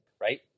right